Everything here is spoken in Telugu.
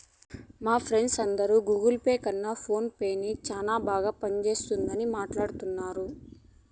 మా ఫ్రెండ్స్ అందరు గూగుల్ పే కన్న ఫోన్ పే నే సేనా బాగా పనిచేస్తుండాదని మాట్లాడతాండారు